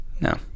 No